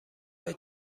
های